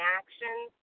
actions